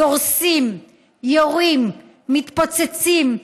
דורסים, יורים, מתפוצצים.